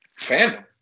fandom